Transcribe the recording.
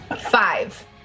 Five